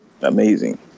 amazing